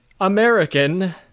American